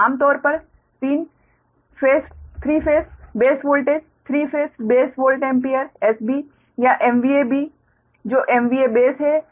तो आमतौर पर 3 phase base voltage 3 phase base volt ampere SB या B जो MVA बेस है